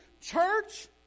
church